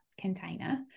container